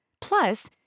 Plus